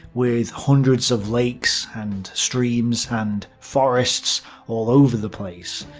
with hundreds of lakes and streams and forests all over the place.